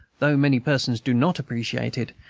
though many persons do not appreciate it,